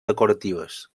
decoratives